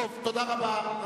תודה רבה.